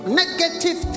negative